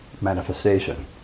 manifestation